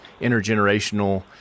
intergenerational